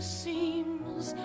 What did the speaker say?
seems